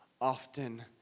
often